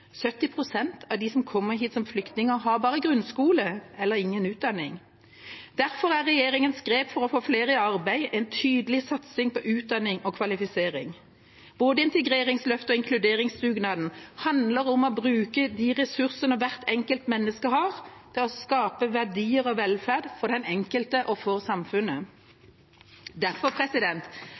av dem som kommer hit som flyktninger, har bare grunnskole eller ingen utdanning. Derfor er regjeringas grep for å få flere i arbeid en tydelig satsing på utdanning og kvalifisering. Både integreringsløftet og inkluderingsdugnaden handler om å bruke de ressursene hvert enkelt menneske har, til å skape verdier og velferd for den enkelte og for samfunnet. Derfor